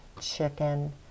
chicken